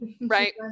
right